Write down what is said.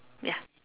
ya